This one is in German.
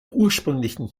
ursprünglichen